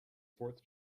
fourth